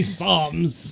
Psalms